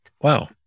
Wow